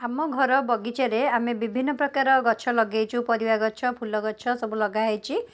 ଆମ ଘର ବଗିଚାରେ ଆମେ ବିଭିନ୍ନ ପ୍ରକାର ଗଛ ଲଗେଇଛୁ ପରିବା ଗଛ ଫୁଲ ଗଛ ସବୁ ଲଗାହେଇଛି